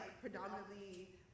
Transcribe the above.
predominantly